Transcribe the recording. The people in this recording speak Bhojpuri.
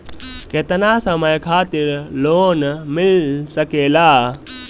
केतना समय खातिर लोन मिल सकेला?